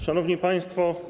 Szanowni Państwo!